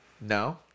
No